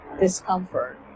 discomfort